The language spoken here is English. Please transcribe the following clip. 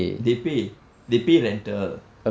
they pay they pay rental